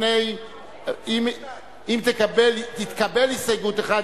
אם תתקבל הסתייגות אחת,